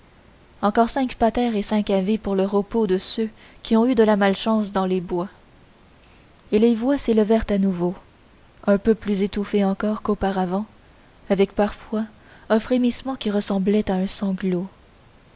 encore cinq pater et cinq ave pour le repos de ceux qui ont eu de la malchance dans les bois et les voix s'élevèrent à nouveau un peu plus étouffées encore qu'auparavant avec parfois un frémissement qui ressemblait à un sanglot